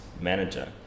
manager